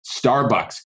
Starbucks